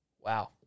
Wow